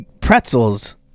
pretzels